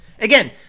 Again